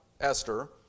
Esther